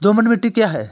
दोमट मिट्टी क्या है?